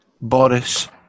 Boris